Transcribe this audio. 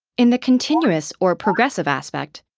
in the continuous or progressive aspect,